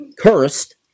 Cursed